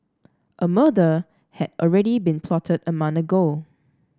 a murder had already been plotted a month ago